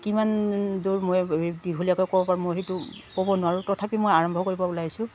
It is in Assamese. কিমান দূৰ মই দীঘলীয়াকৈ ক'ব পাৰো মই সেইটো ক'ব নোৱাৰোঁ তথাপি মই আৰম্ভ কৰিব ওলাইছোঁ